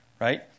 right